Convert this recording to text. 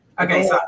Okay